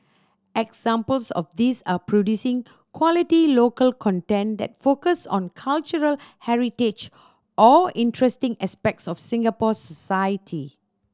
examples of these are producing quality local content that focus on cultural heritage or interesting aspects of Singapore society